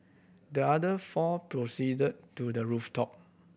the other four proceeded to the rooftop